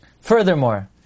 Furthermore